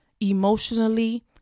emotionally